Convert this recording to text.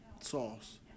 sauce